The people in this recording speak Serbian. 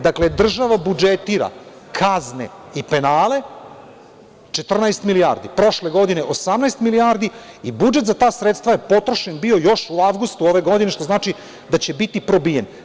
Dakle, država budžetira kazne i penale 14 milijardi, prošle godine 18 milijardi i budžet za ta sredstva je potrošen bio još u avgustu ove godine, što znači da će biti probijen.